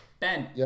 Ben